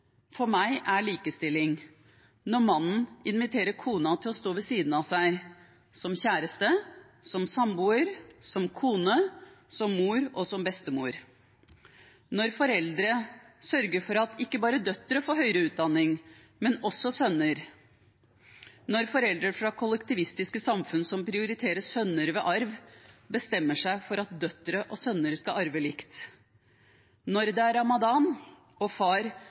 For meg er det likestilling når mannen inviterer kona til å stå ved siden av seg som kjæreste, som samboer, som kone, som mor og som bestemor, når foreldre sørger for at ikke bare døtre får høyere utdanning, men også sønner, når foreldre fra kollektivistiske samfunn som prioriterer sønner ved arv, bestemmer seg for at døtre og sønner skal arve likt, og når det er ramadan og far